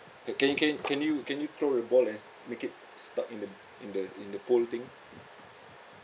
can can can you can you throw the ball and make it stuck in the in the in the pole thing